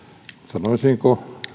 sanoisinko